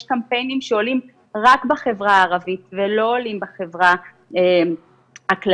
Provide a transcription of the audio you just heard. יש קמפיינים שעולים רק בחברה הערבית ולא עולים בחברה הכללית.